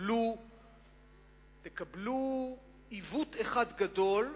ותקבלו עיוות אחד גדול,